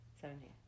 Seventeen